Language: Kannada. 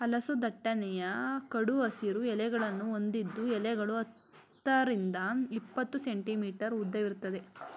ಹಲಸು ದಟ್ಟನೆಯ ಕಡು ಹಸಿರು ಎಲೆಗಳನ್ನು ಹೊಂದಿದ್ದು ಎಲೆಗಳು ಹತ್ತರಿಂದ ಇಪ್ಪತ್ತು ಸೆಂಟಿಮೀಟರ್ ಉದ್ದವಿರ್ತದೆ